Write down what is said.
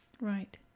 Right